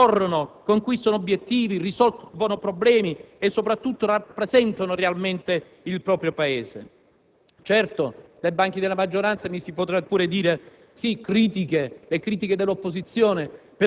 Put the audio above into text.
corrono, conquistano obiettivi, risolvono problemi, e soprattutto rappresentano realmente il proprio Paese? Certo, dai banchi della maggioranza si potrebbe rispondere: »Sì, le critiche dell'opposizione,